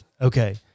Okay